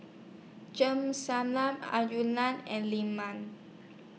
and